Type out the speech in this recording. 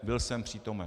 Byl jsem přítomen.